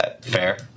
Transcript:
Fair